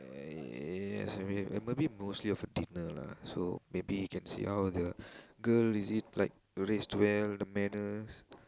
uh yes I mean maybe mostly of a dinner lah so maybe you can see how the girl is it like raised well the manners